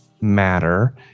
matter